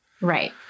Right